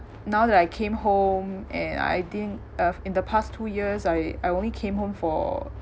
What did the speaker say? now that I came home and I didn't uh in the past two years I I only came home for